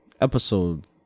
episode